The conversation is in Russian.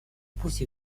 пусть